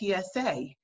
PSA